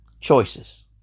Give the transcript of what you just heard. Choices